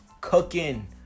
cooking